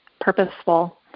purposeful